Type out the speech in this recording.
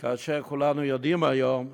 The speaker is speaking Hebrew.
כאשר כולנו יודעים היום,